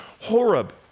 Horeb